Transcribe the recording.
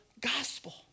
gospel